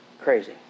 Crazy